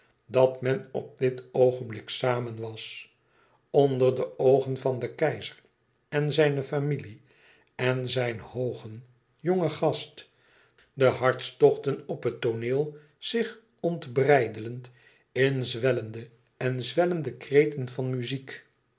dat men op dit oogenblik samen was onder de oogen van den keizer en zijne familie en zijn hoogen jongen gast de hartstochten op het tooneel zich ontbreidelend in zwellende en zwellende kreten van muziek